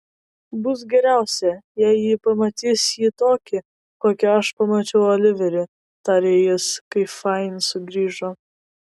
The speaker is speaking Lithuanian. bus geriausia jei ji pamatys jį tokį kokį aš pamačiau oliverį tarė jis kai fain sugrįžo